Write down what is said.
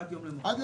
עד יום למחרת.